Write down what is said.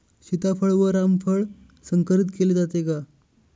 सीताफळ व रामफळ संकरित केले जाते का?